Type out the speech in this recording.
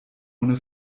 ohne